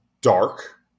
dark